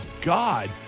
God